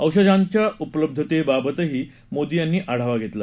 औषधांच्या उपलब्धतेबाबतही मोदी यांनी आढावा घेतला